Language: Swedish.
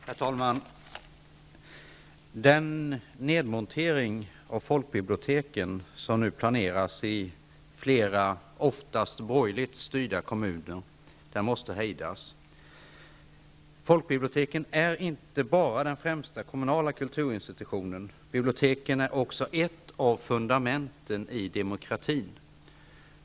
Herr talman! Den nedmontering av folkbiblioteken som nu planeras i flera, ofta borgerligt styrda, kommuner måste hejdas. Folkbiblioteken är inte bara den främsta kommunala kulturinstitutionen. Folkbiblioteken är också ett av fundamenten i demokratin.